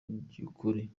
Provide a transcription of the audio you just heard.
by’ukuri